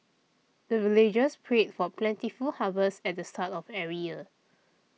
the villagers pray for plentiful harvest at the start of every year